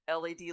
LED